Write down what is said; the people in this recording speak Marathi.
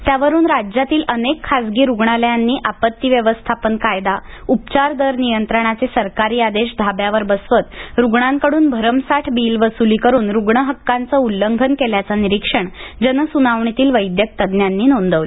त्यावरून राज्यातील अनेक खासगी रुग्णालयांनी आपत्ती व्यवस्थापन कायदा उपचार दर नियंत्रणाचे सरकारी आदेश धाब्यावर बसवत रुग्णांकडून भरमसाठ बिलवसुली करून रुग्णहक्कांचं उल्लंघन केल्याचं निरीक्षण जनसुनावणीतील वैद्यक तज्ञांनी नोंदवलं